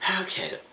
Okay